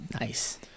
Nice